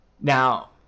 now